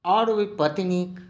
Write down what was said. आओर ओहि पत्नीक